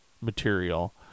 material